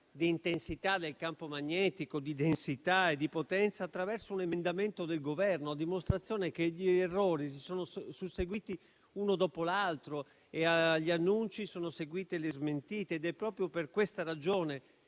di intensità del campo magnetico, di densità e di potenza attraverso un emendamento del Governo. Ciò a dimostrazione che gli errori si sono susseguiti uno dopo l'altro, agli annunci sono seguite le smentite. È proprio per questa ragione